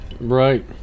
Right